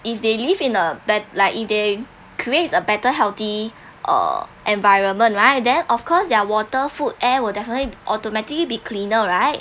if they live in a bet~ like if they create a better healthy err environment right then of course their water food air will definitely automatically be cleaner right